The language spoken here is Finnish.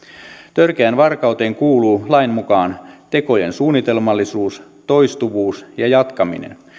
törkeään varkauteen kuuluu lain mukaan tekojen suunnitelmallisuus toistuvuus ja jatkaminen